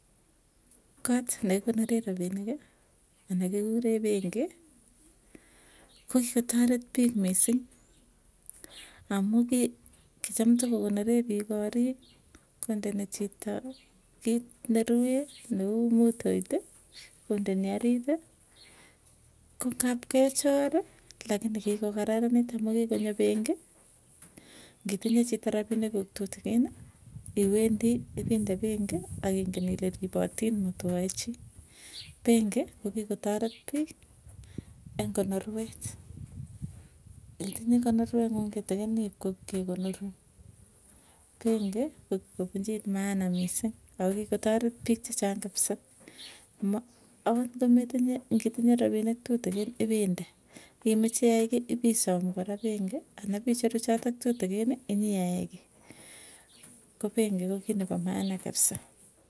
Kot nekikonoree rapinik ii anan kekuru benki, kokikotaret bik mising, amu ki kicham kikonore bik korik. kondene chita kit ne ruio ne u motoit koindene orit ko ngap nge chor, lakini kigokaranitut ma kikonyone benki. Kitinye chita rapinik tutikin. iwendi ipi inde benki aki ingen ile iripatin ma tuai chii. Benki, ko kikotarite bik enkonorwet. Itinye konorwet. nyuny kitikin iip ko kepkonoru. Benki